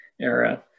era